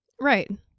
Right